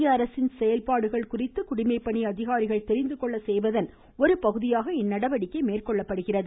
மத்திய அரசின் செயல்பாடு குறித்து குடிமைப்பணி அதிகாரிகள் புரிந்துகொள்ள செய்வதன் ஒருபகுதியாக இந்நடவடிக்கை மேற்கொள்ளப்படுகிறது